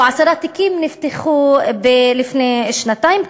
או רק עשרה תיקים נפתחו לפני שנתיים,